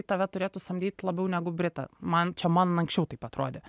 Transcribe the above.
tave turėtų samdyti labiau negu britą man čia man anksčiau taip atrodė